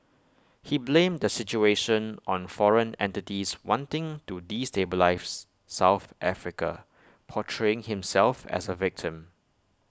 he blamed the situation on foreign entities wanting to destabilise south Africa portraying himself as A victim